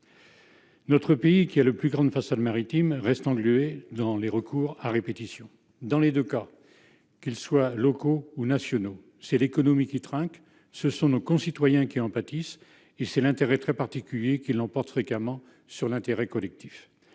Notre pays, qui a la plus grande façade maritime, reste englué dans les recours à répétition. Dans les deux cas, locaux et nationaux, c'est l'économie qui « trinque », ce sont nos concitoyens qui en pâtissent, et c'est l'intérêt très particulier qui l'emporte fréquemment sur l'intérêt collectif.